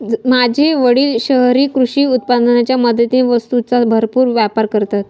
माझे वडील शहरी कृषी उत्पादनाच्या मदतीने वस्तूंचा भरपूर व्यापार करतात